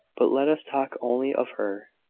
but let us talk only of her.